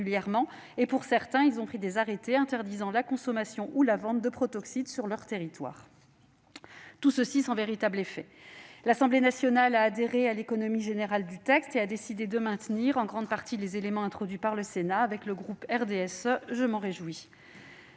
sur cette situation ; certains d'entre eux ont pris des arrêtés interdisant la consommation ou la vente de protoxyde d'azote sur le territoire de leur commune, sans véritable effet. L'Assemblée nationale a souscrit à l'économie générale du texte et a décidé de maintenir en grande partie les éléments introduits par le Sénat ; avec le groupe du RDSE, je m'en réjouis.